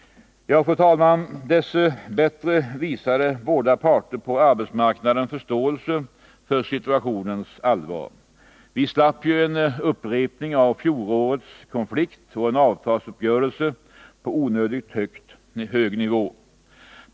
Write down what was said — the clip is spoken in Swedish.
Dess bättre visade båda parter på arbetsmarknaden förståelse för situationens allvar. Vi slapp en upprepning av fjolårets konflikt och en avtalsuppgörelse på onödigt hög nivå.